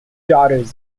daughters